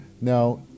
now